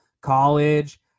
college